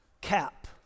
cap